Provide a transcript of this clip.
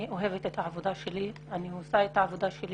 אני אוהבת את העבודה שלי, אני עושה את העבודה שלי